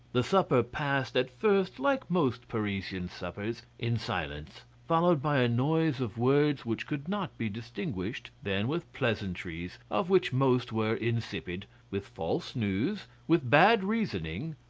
the supper passed at first like most parisian suppers, in silence, followed by a noise of words which could not be distinguished, then with pleasantries of which most were insipid, with false news, with bad reasoning,